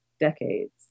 decades